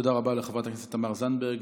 תודה רבה לחברת הכנסת תמר זנדברג.